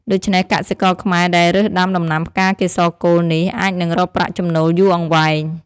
ដូច្នេះ កសិករខ្មែរដែលរើសដំាដំណាំផ្កាកេសរកូលនេះ អាចនឹងរកប្រាក់ចំណូលយូរអង្វែង។